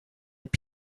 phd